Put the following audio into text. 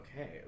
okay